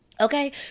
okay